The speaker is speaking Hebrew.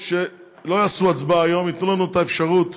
שלא יעשו הצבעה היום, ייתנו לנו את האפשרות